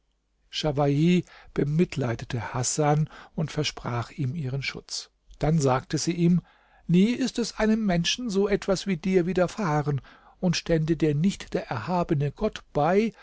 bemitleidete hasan und versprach ihm ihren schutz dann sagte sie ihm nie ist einem menschen so etwas wie dir widerfahren und stände dir nicht der erhabene gott bei